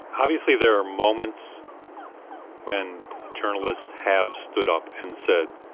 obviously, there are moments when journalists have stood up and said,